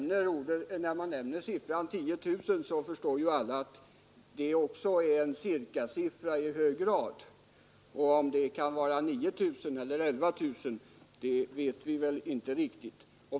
När man nämner siffran 10 000 förstår ju alla att det i hög grad är en cirkasiffra — om det är 9 000 eller 11 000 vet vi inte riktigt.